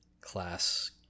class